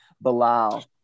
Bilal